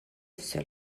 seul